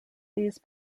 these